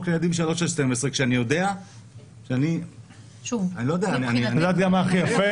לילדים בגילאי שלוש עד 12 כשאני יודע --- את יודעת מה הכי יפה?